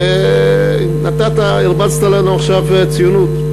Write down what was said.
ונתת והרבצת בנו עכשיו ציונות.